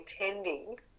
attending